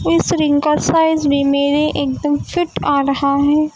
اس رنگ کا سائز بھی میرے ایک دم فٹ آ رہا ہے